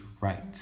right